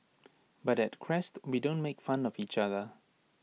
but at Crest we don't make fun of each other